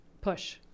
push